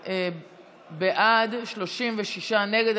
בעד, 36 נגד.